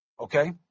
Okay